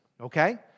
okay